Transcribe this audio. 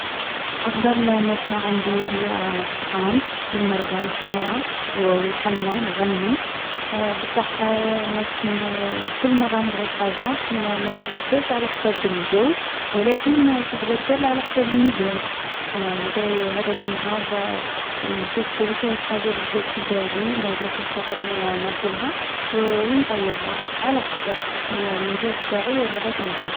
أفضل ماكلة عندي هي الطعام بالمرقة الحمرا او و اللحم الغلمي. بصح ما تنـ كل مرة نبغي حاجة ما ما تتبدلش على حساب الجو، و لكن تتبدل على حساب المزاج. نبغي هاذاك النهار نشوف وشاهي الحاجة لي جات في بالي ويلا جا في خاطري ناكلها و ونطيّبها. على حساب المزاج نتاعي هاداك النهار.